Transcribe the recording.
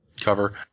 cover